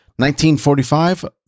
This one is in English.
1945